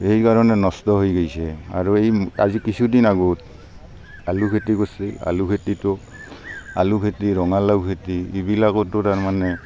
সেইকাৰণে নষ্ট হৈ গৈছে আৰু আজি কিছুদিন আগত আলু খেতি কৰিছে আলু খেতিটো আলু খেতি ৰঙালাও খেতি এইবিলাকতো তাৰমানে